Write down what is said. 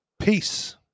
Peace